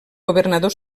governador